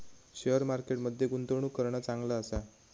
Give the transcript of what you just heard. share market मध्ये गुंतवणूक करणा चांगला आसा